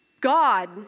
God